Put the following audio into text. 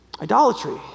idolatry